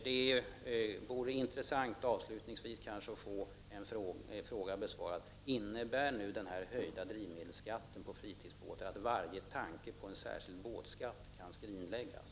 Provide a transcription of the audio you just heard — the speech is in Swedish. Det vore avslutningsvis intressant att få en fråga besvarad: Innebär den höjda drivmedelsskatten för fritidsbåtar att varje tanke på en särskild båtskatt kan skrinläggas?